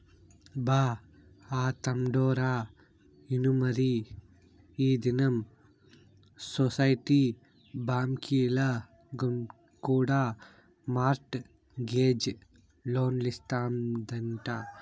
బా, ఆ తండోరా ఇనుమరీ ఈ దినం సొసైటీ బాంకీల కూడా మార్ట్ గేజ్ లోన్లిస్తాదంట